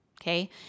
Okay